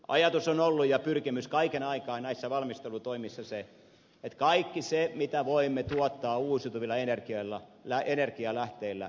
ajatus ja pyrkimys on ollut kaiken aikaa näissä valmistelutoimissa se että kaiken sen tekisimme mitä voimme tuottaa uusiutuvilla energialähteillä